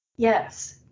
Yes